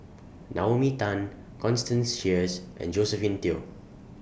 Naomi Tan Constance Sheares and Josephine Teo